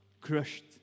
crushed